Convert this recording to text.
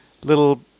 little